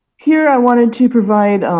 here i wanted to provide